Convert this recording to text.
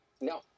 No